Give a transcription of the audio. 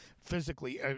physically